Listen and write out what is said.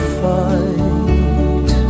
fight